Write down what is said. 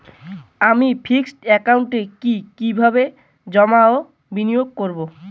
আমি ফিক্সড একাউন্টে কি কিভাবে জমা ও বিনিয়োগ করব?